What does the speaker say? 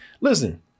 listen